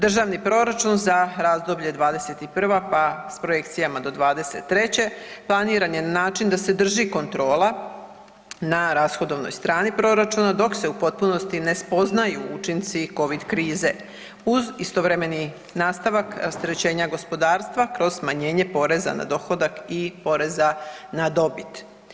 Državni proračun za razdoblje '21., pa s projekcijama do '23. planiran je način da se drži kontrola na rashodovnoj strani proračuna dok se u potpunosti ne spoznaju učinci covid krize uz istovremeni nastavak rasterećenja gospodarstva kroz smanjenje poreza na dohodak i poreza na dobit.